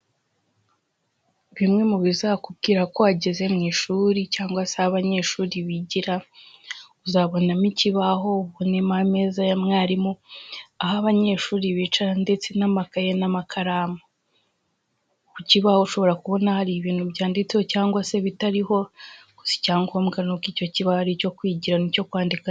Bimwe mu bizakubwira ko wageze mu ishuri cyangwase aho abanyeshuri bigira, uzabonamo ikibaho, ubonemo ameza ya mwarimu, aho abanyeshuri bicara, ndetse n'amakaye, n'amakaramu, ku kibaho ushobora kubona hari ibintu byanditseho cyangwase bitariho, gusa icyangombwa ni uko icyo kiba ari icyo kwigiraho, n'icyo kwandikaho.